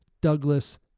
Douglas